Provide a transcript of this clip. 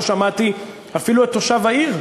לא שמעתי אפילו את תושב העיר,